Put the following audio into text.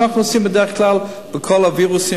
כמו שאנחנו עושים בדרך כלל באשר לכל הווירוסים